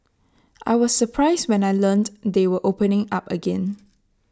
I was surprised when I learnt they were opening up again